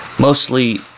Mostly